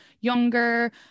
younger